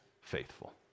faithful